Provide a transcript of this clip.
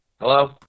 Hello